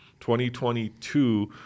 2022